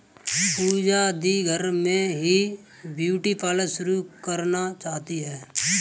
पूजा दी घर में ही ब्यूटी पार्लर शुरू करना चाहती है